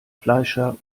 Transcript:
fleischer